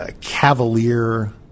cavalier